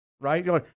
right